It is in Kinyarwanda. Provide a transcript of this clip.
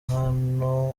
marie